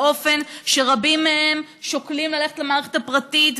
באופן שרבים מהם שוקלים ללכת למערכת הפרטית,